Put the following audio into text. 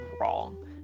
wrong